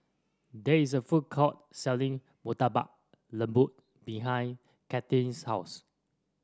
there is a food court selling Murtabak Lembu behind Cathryn's house